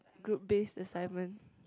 group based assignment